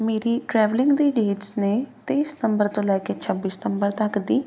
ਮੇਰੀ ਟਰੈਵਲਿੰਗ ਦੀ ਡੇਟਸ ਨੇ ਤੇਈ ਸਤੰਬਰ ਤੋਂ ਲੈ ਕੇ ਛੱਬੀ ਸਤੰਬਰ ਤੱਕ ਦੀ